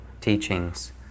teachings